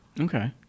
Okay